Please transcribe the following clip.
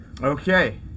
Okay